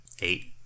eight